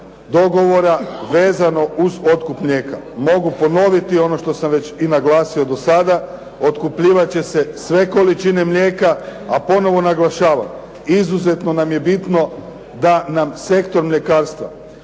dogovora vezano uz otkup mlijeka. Mogu ponoviti ono što sam već i naglasio do sada, otkupljivat će se sve količine mlijeka. A ponovo naglašavam, izuzetno nam je bitno da nam sektor mljekarstva